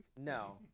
No